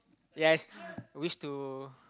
yes wish to